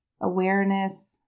awareness